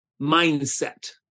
mindset